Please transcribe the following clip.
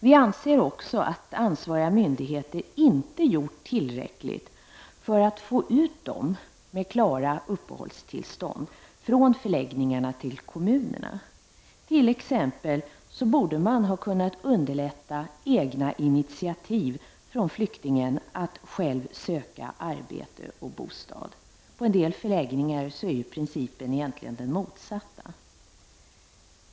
Vi anser också att ansvariga myndigheter inte har gjort tillräckligt för att få ut personer med klara uppehållstillstånd från förläggningarna till kommunerna. Man borde t.ex. ha kunnat underlätta flyktingens egna intiativ att själv söka arbete och bostad. På en del förläggningar är egentligen principen den motsatta.